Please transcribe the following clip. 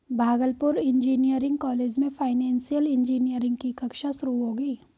Bhagalpur engineering college में financial engineering की कक्षा शुरू होगी